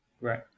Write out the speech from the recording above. Right